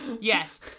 Yes